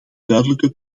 duidelijke